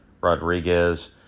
Rodriguez